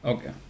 Okay